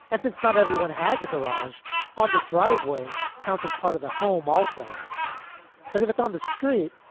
that's it's not everyone has a garage on the driveway counts as part of the home also but if it's on the street,